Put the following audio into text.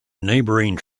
neighbouring